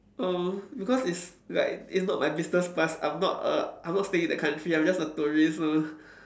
uh because it's like it's not my business plus I'm not a I'm not staying in that country I'm just a tourist so